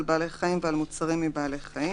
על בעלי חיים ועל מוצרים מבעלי חיים.